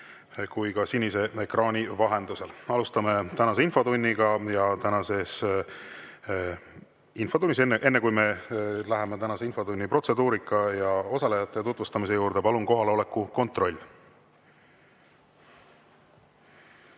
kui ka sinise ekraani vahendusel! Alustame tänast infotundi. Enne kui me läheme tänase infotunni protseduurika ja osalejate tutvustamise juurde, palun kohaloleku kontroll!